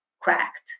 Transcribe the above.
cracked